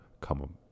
come